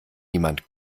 niemand